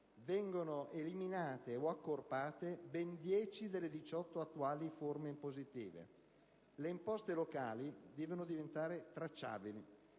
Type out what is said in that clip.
Vengono eliminate o accorpate ben 10 delle 18 attuali forme impositive. Le imposte locali devono diventare tracciabili.